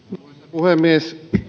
puhemies kun